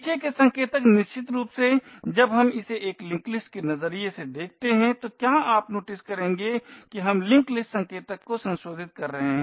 पीछे के संकेतक निश्चित रूप से जब हम इसे एक लिंक लिस्ट के नजरिए से देखते हैं तो आप क्या नोटिस करेंगे कि हम लिंक लिस्ट संकेतक को संशोधित कर रहे हैं